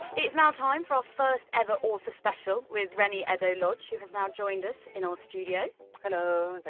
it's now time for our first ever author special with reni eddo-lodge who has now joined us in our studio hello, ah